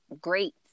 great